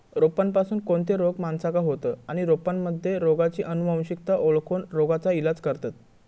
रोपांपासून कोणते रोग माणसाका होतं आणि रोपांमध्ये रोगाची अनुवंशिकता ओळखोन रोगाचा इलाज करतत